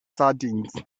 sardines